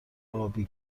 آبی